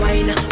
Wine